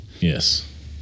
Yes